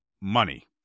Money